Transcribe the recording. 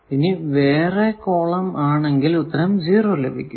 ഇനി വേറെ കോളം ആണെങ്കിൽ ഉത്തരം 0 ലഭിക്കും